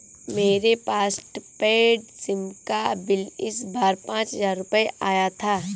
मेरे postpaid SIM का bill इस बार पाँच हजार रुपए आया था